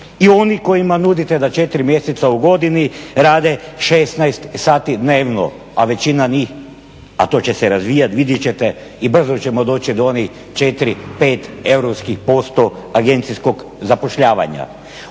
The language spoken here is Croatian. i onima kojima nudite da 4 mjeseca u godini rade 16 sati dnevno, a većina njih, a to će se razvijati, vidjet ćete i brzo ćemo doći do onih 4, 5 europskih posto agencijskog zapošljavanja.